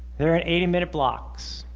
there are eighty minute blocks